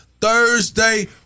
Thursday